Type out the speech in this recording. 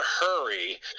hurry